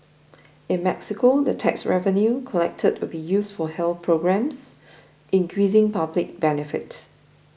in Mexico the tax revenue collected will be used for health programmes increasing public benefit